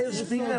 מאיר שפיגלר,